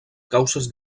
causes